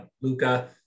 Luca